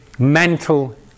mental